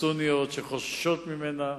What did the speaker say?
הסוניות, שחוששות ממנה,